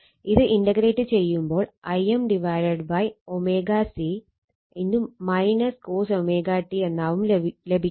ഇത് ഇന്റഗ്രേറ്റ് ചെയ്യുമ്പോൾ Im ω C cos ω t എന്നാവും ലഭിക്കുക